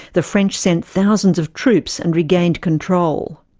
the french sent thousands of troops and regained control.